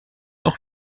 auch